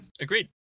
Agreed